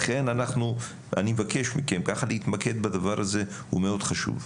לכן אני מבקש מכם להתמקד בדבר הזה, הוא מאוד חשוב.